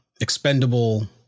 Expendable